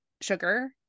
sugar